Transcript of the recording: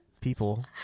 People